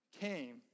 came